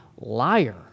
liar